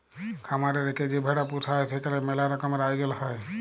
খামার এ রেখে যে ভেড়া পুসা হ্যয় সেখালে ম্যালা রকমের আয়জল হ্য়য়